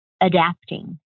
adapting